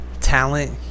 talent